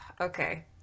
Okay